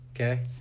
Okay